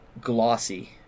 glossy